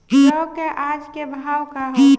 जौ क आज के भाव का ह?